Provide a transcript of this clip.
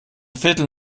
viertel